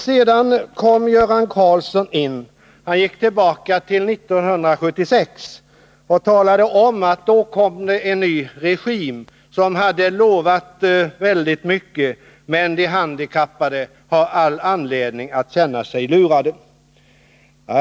Sedan gick Göran Karlsson tillbaka till 1976 och sade att det då kom en ny regim som lovade väldigt mycket, men att de handikappade nu har all anledning att känna sig lurade.